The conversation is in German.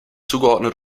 zugeordnet